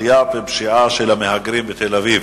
רמת הפשיעה של המהגרים בתל-אביב.